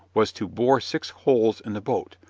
was to bore six holes in the boat,